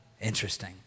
Interesting